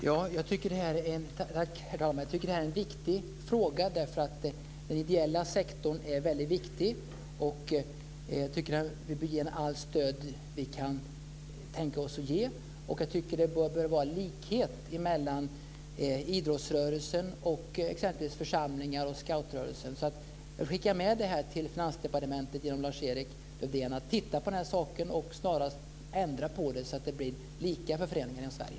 Herr talman! Jag tycker att detta är en viktig fråga, därför att den ideella sektorn är väldigt viktig. Jag tycker att vi bör ge den allt stöd som vi kan. Och jag tycker att det bör vara likhet mellan idrottsrörelsen och t.ex. församlingar och scoutrörelsen. Jag skickar därför med detta till Finansdepartementet genom Lars-Erik Lövdén, att titta på detta och snarast ändra på det så att det blir lika för föreningarna i Sverige.